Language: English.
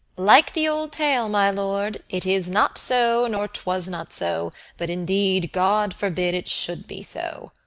like the old tale, my lord it is not so, nor twas not so but indeed, god forbid it should be so